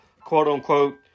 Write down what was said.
quote-unquote